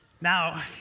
Now